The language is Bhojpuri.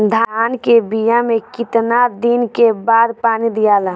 धान के बिया मे कितना दिन के बाद पानी दियाला?